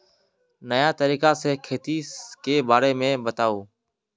नया तरीका से खेती के बारे में बताऊं?